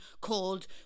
called